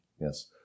Yes